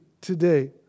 today